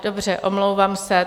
Dobře, omlouvám se.